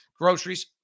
groceries